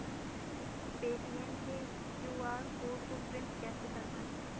Paytm के QR code को print कैसे करवाएँ?